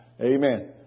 Amen